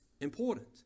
important